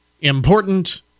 important